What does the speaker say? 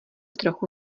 trochu